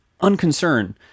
unconcern